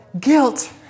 guilt